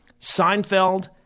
Seinfeld